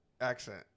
accent